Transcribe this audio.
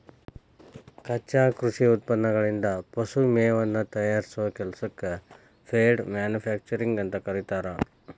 ಕಚ್ಚಾ ಕೃಷಿ ಉತ್ಪನ್ನಗಳಿಂದ ಪಶು ಮೇವನ್ನ ತಯಾರಿಸೋ ಕೆಲಸಕ್ಕ ಫೇಡ್ ಮ್ಯಾನುಫ್ಯಾಕ್ಚರಿಂಗ್ ಅಂತ ಕರೇತಾರ